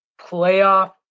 playoff